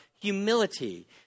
humility